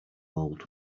old